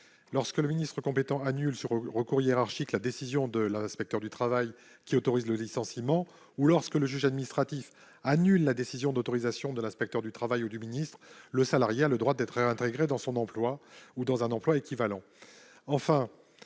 Lorsque le ministre compétent annule, exerçant ainsi son recours hiérarchique, la décision de l'inspecteur du travail autorisant le licenciement, ou lorsque le juge administratif annule la décision de l'inspecteur du travail ou du ministre compétent, le salarié a le droit d'être réintégré dans son emploi ou dans un emploi équivalent.